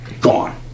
gone